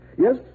Yes